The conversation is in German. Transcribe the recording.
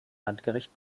landgericht